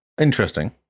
Interesting